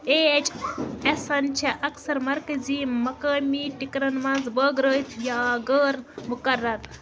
A H S ہَن چھےٚ اَکثر مرکٔزی مقٲمی ٹِكرن منٛز بٲگرٲوِتھ یا غٲر مُقرر